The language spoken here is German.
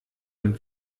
und